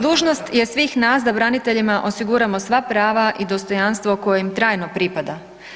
Dužnost je svih nas da braniteljima osiguramo sva prava i dostojanstvo koje im trajno pripada.